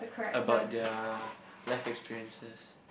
about their life experiences